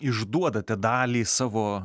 išduodate dalį savo